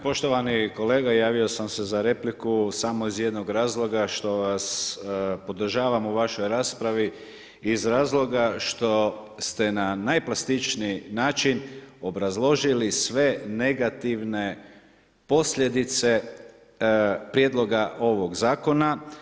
Poštovani kolega, javio sam se za repliku samo iz jednog razloga, što vas podržavam u vašoj raspravi iz razloga što ste na najplastičniji način obrazložili sve negativne posljedice prijedloga ovoga zakona.